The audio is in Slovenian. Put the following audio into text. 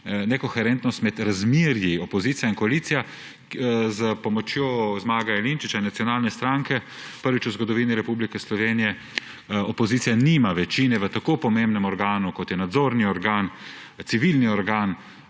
nekoherentnost med razmerji opozicija in koalicija s pomočjo Zmaga Jelinčiča in Slovenske nacionalne stranke. Prvič v zgodovini Republike Slovenije opozicija nima večine v tako pomembnem organu, kot je nadzorni organ, civilni organ